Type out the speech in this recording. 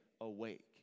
awake